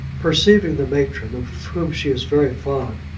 perceiving the matron, of whom she is very fond,